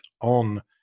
on